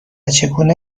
چگونه